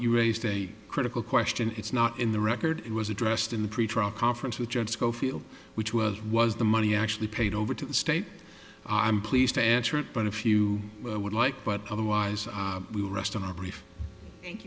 you raised a critical question it's not in the record it was addressed in the pretrial conference with judge schofield which was was the money actually paid over to the state i'm pleased to answer it but if you would like but otherwise we will rest on our brief